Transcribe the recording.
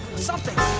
something!